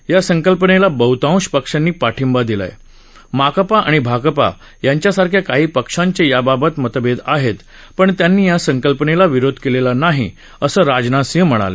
या संकल्पनेला बहुतांश पक्षांनी पाठिंबा दिलाय भाकपा आणि माकपा यांसारख्या काही पक्षांचे याबाबत मतभेद आहेत पण त्यांनी या संकल्पनेला विरोध केलेला नाही असं राजनाथ सिंह म्हणाले